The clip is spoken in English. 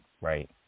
right